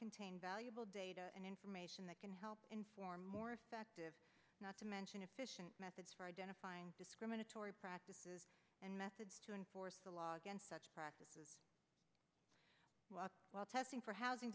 contain valuable data and information that can help inform more effective not to mention methods for identifying discriminatory practices and methods to enforce the law against such practices while testing for housing